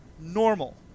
Normal